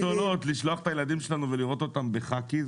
גדולות לשלוח את הילדים שלנו ולראות אותם בחאקי,